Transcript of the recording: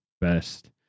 best